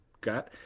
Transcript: got